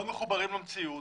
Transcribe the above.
לא מחוברים למציאות,